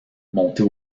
monter